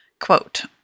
Quote